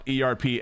ERP